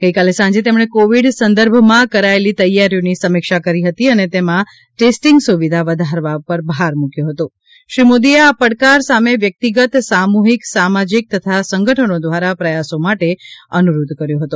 ગઇકાલે સાંજે તેમણે કોવીડ સંદર્ભમાં કરાયેલી તૈયારીઓની સમીક્ષા કરી હતી અને તેમાં ટેસ્ટીંગ સુવિધા વધારવા પર ભાર મૂક્યો હતો શ્રી મોદીએ આ પડકાર સામે વ્યક્તિગત સામૂહિક સામાજિક તથા સંગઠનો દ્વારા પ્રથાસો માટે અનુરોધ કર્યો હતો